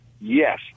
yes